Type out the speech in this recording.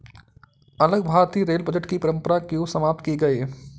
अलग भारतीय rail budget की परंपरा क्यों समाप्त की गई?